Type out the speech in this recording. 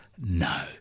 No